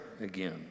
again